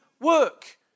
work